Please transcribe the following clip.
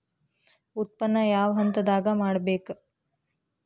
ಉತ್ಪನ್ನ ಯಾವ ಹಂತದಾಗ ಮಾಡ್ಬೇಕ್?